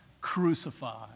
crucified